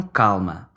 calma